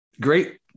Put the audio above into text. great